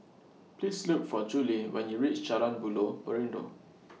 Please Look For Julie when YOU REACH Jalan Buloh Perindu